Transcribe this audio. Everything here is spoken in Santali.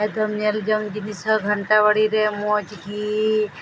ᱮᱠᱫᱚᱢ ᱧᱮᱞ ᱡᱚᱝ ᱡᱤᱱᱤᱥ ᱦᱚᱸ ᱜᱷᱟᱱᱴᱟ ᱵᱟᱲᱮ ᱨᱮ ᱢᱚᱡᱽ ᱜᱮ